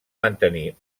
mantenir